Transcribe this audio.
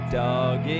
dog